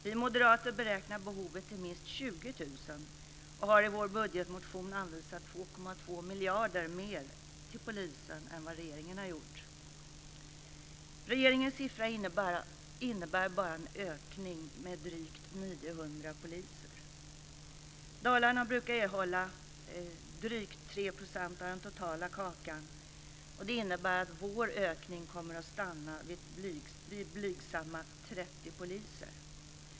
Vi moderater beräknar behovet till minst 20 000 och har i vår budgetmotion anvisat 2,2 miljarder kronor mer till polisen än vad regeringen har gjort. Regeringens siffra innebär bara en ökning med drygt 900 poliser. Dalarna brukar erhålla drygt 3 % av den totala kakan. Det innebär att vår ökning kommer att stanna vid blygsamma 30 poliser.